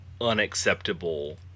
unacceptable